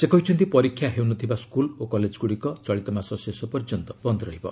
ସେ କହିଛନ୍ତି ପରୀକ୍ଷା ହେଉନଥିବା ସ୍କୁଲ ଓ କଲେଜଗୁଡ଼ିକ ଚଳିତ ମାସ ଶେଷ ପର୍ଯ୍ୟନ୍ତ ବନ୍ଦ ରହିବ